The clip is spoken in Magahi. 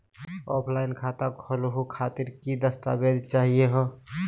ऑफलाइन खाता खोलहु खातिर की की दस्तावेज चाहीयो हो?